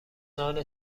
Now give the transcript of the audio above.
نان